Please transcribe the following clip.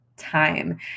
time